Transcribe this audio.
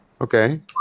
okay